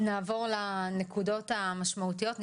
נעבור לנקודות המשמעותיות.